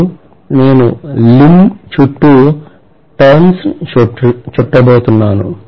మరియు నేను లింబ్ చుట్టూ టర్న్స్ చుట్టబోతున్నాను